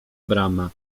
brama